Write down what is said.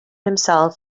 himself